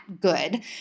good